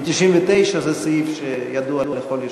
מ-1999 זה סעיף שידוע לכל יושבי-הראש.